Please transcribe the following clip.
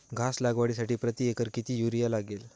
घास लागवडीसाठी प्रति एकर किती युरिया लागेल?